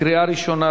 קריאה ראשונה,